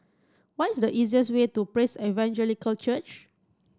what is the easiest way to Praise Evangelical Church